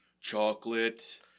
chocolate